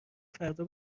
فردا